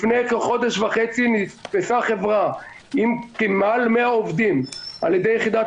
לפני כחודש וחצי נתפסה חברה עם מעל 100 עובדים על ידי יחידת